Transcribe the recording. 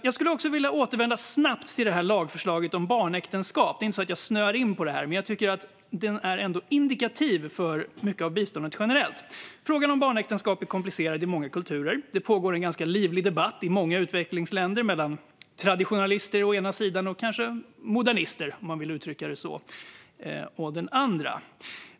Jag skulle också snabbt vilja återvända till lagförslaget om barnäktenskap. Det är inte så att jag snöar in på frågan, men jag tycker ändå att den är indikativ för mycket av biståndet generellt. Frågan om barnäktenskap är komplicerad i många kulturer. Det pågår en ganska livlig debatt i många utvecklingsländer mellan traditionalister å ena sidan och kanske modernister, om man vill uttrycka det så, å den andra.